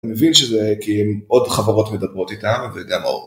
אני מבין שזה כי הם עוד חברות מדברות איתם וגם עור.